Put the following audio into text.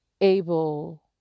able